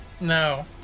No